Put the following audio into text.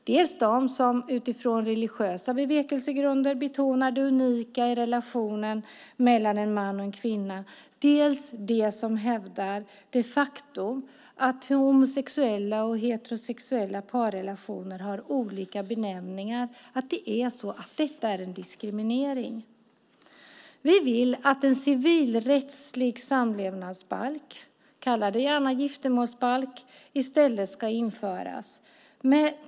Det finns dels de som utifrån religiösa bevekelsegrunder betonar det unika i relationen mellan en man och en kvinna, dels de som hävdar de facto att homosexuella och heterosexuella parrelationer har olika benämningar och att detta därför är en diskriminering. Vi vill att en civilrättslig samlevnadsbalk - kalla den gärna giftermålsbalk - i stället ska införas.